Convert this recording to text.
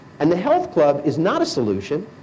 and the health club is not a solution.